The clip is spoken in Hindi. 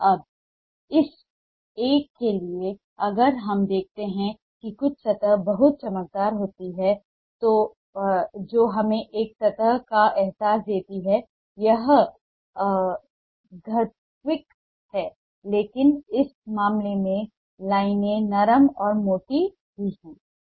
अब इस एक के लिए अगर हम देखते हैं कि कुछ सतहें बहुत चमकदार होती हैं जो हमें एक सतह का एहसास देती हैं यह धात्विक है लेकिन इस मामले में लाइनें नरम और मोटी भी हैं